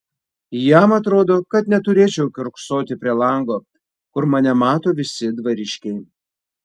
jam atrodo kad neturėčiau kiurksoti prie lango kur mane mato visi dvariškiai